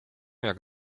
jak